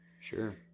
Sure